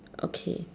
okay